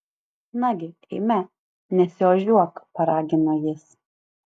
nagi eime nesiožiuok paragino jis